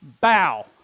Bow